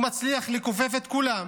הוא מצליח לכופף את כולם.